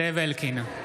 (קורא בשמות חברי הכנסת) זאב אלקין,